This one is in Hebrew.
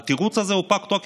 והתירוץ הזה הוא פג תוקף,